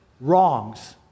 wrongs